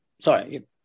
sorry